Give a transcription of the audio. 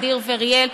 אדיר ואריאל,